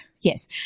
Yes